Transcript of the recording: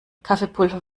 kaffeepulver